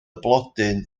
blodyn